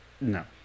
No